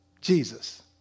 Jesus